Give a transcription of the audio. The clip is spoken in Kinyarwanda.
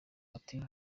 bati